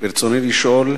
רצוני לשאול: